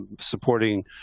supporting